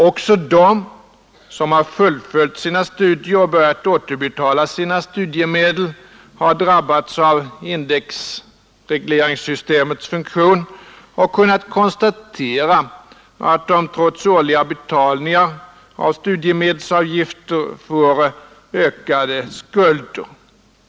Också de som har fullföljt sina studier och börjat återbetala sina studiemedel har drabbats av indexregleringssystemets funktion och kunnat konstatera att de trots årliga återbetalningar av studiemedelsavgifter får ökade skulder.